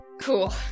Cool